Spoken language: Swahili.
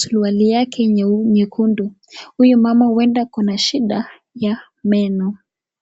suruali yake nyekundu huyu mama huwenda akona shida, ya meno.